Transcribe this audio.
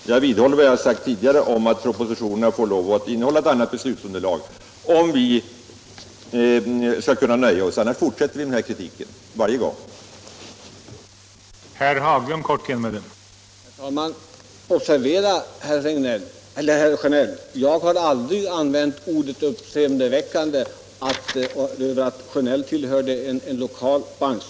Jag vidhåller vad jag har sagt om att propositionerna får lov att innehålla ett bättre beslutsunderlag för att vi skall bli nöjda. Annars fortsätter vi med denna kritik — varje gång tillräckligt beslutsoch bedömningsunderlag saknas.